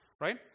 right